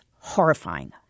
horrifying